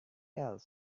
else